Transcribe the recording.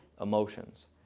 emotions